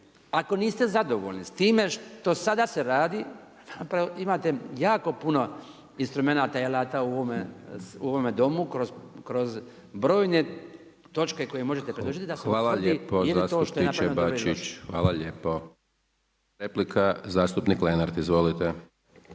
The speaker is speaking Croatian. ako niste zadovoljni s time što sada se radi, imate jako puno instrumenata i alate u ovome Domu kroz brojne točke koje možete …/Govornik se ne razumije./… **Hajdaš Dončić, Siniša (SDP)** Hvala lijepo zastupniče Bačić, hvala lijepo. Replika zastupnik Lenart. Izvolite.